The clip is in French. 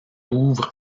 ouvre